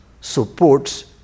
supports